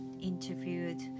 interviewed